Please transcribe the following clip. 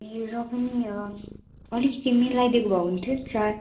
ए र पनि अलिकति मिलाइदिएको भए हुन्थ्यो चार